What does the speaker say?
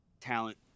talent